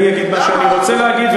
אני אגיד מה שאני רוצה להגיד,